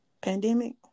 Pandemic